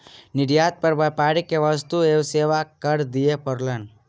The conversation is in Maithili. निर्यात पर व्यापारी के वस्तु एवं सेवा कर दिअ पड़लैन